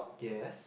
yes